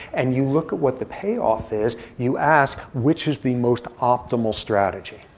and you look at what the payoff is. you ask, which is the most optimal strategy.